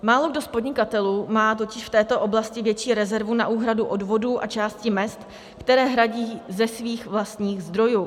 Málokdo z podnikatelů má totiž v této oblasti větší rezervu na úhradu odvodů a části mezd, které hradí ze svých vlastních zdrojů.